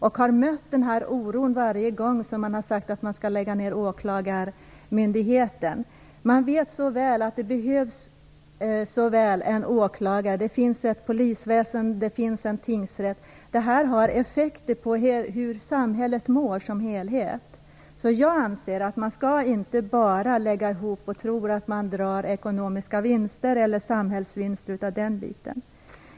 Jag har mött denna oro varje gång man har sagt att man skall lägga ner åklagarmyndigheten. Det behövs så väl en åklagarmyndighet. Det finns polisväsende, och det finns en tingsrätt. Detta har effekter på hur samhället mår som helhet. Jag anser att man inte bara skall lägga ihop och tro att man får ekonomiska vinster eller samhällsvinster på denna del.